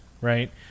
right